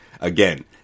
Again